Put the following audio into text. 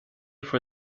for